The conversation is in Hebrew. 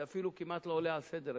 זה אפילו כמעט לא עולה על סדר-היום.